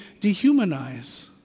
dehumanize